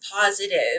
positive